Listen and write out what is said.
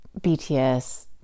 BTS